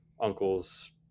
uncles